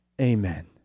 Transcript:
Amen